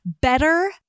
better